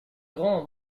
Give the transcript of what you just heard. grand